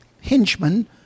henchmen